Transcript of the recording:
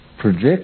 project